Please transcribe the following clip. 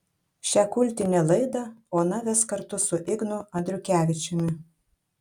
šią kultinę laidą ona ves kartu su ignu andriukevičiumi